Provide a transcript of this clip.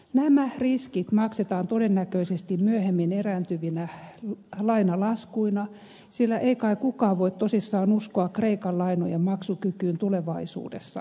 nämä riskit maksetaan todennäköisesti myöhemmin erääntyvinä lainalaskuina sillä ei kai kukaan voi tosissaan uskoa kreikan lainojenmaksukykyyn tulevaisuudessa